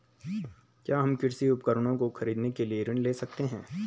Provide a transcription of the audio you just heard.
क्या हम कृषि उपकरणों को खरीदने के लिए ऋण ले सकते हैं?